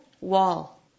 wall